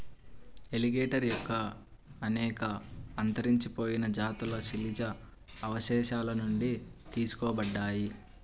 alligator యొక్క అనేక అంతరించిపోయిన జాతులు శిలాజ అవశేషాల నుండి తెలుసుకోబడ్డాయి